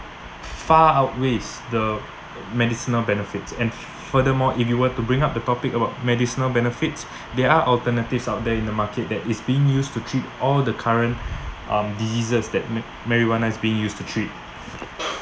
far outweighs the medicinal benefits and f~ furthermore if you were to bring up the topic about medicinal benefits there are alternatives out there in the market that is being used to treat all the current um diseases that ma~ marijuana is being used to treat